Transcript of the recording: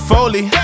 Foley